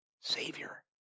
Savior